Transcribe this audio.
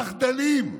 פחדנים.